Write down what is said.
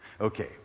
Okay